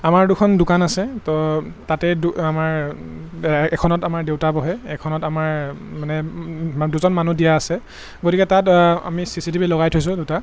আমাৰ দুখন দোকান আছে তো তাতে আমাৰ এখনত আমাৰ দেউতা বহে এখনত আমাৰ মানে দুজন মানুহ দিয়া আছে গতিকে তাত আমি চি চি টি ভি লগাই থৈছোঁ দুটা